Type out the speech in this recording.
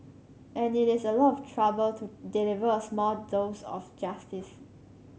and it is a lot of trouble to deliver a small dose of justice